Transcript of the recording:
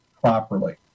properly